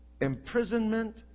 imprisonment